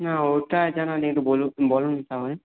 না ওটা জানা নেই একটু বলুন তাহলে